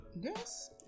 Yes